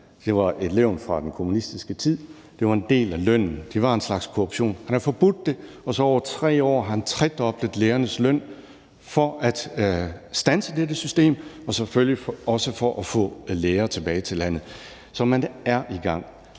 Det var et levn fra den kommunistiske tid, det var en del af lønnen, og det var en slags korruption. Man har forbudt det, og over 3 år har man tredoblet lærernes løn for at standse dette system og selvfølgelig også for at få lærere tilbage til landet. Så man er i gang.